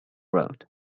road